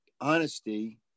honesty